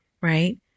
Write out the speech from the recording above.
right